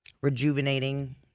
rejuvenating